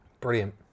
brilliant